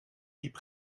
diep